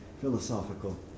philosophical